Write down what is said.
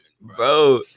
Bro